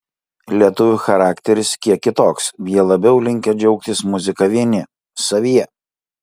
lietuvių charakteris kiek kitoks jie labiau linkę džiaugtis muzika vieni savyje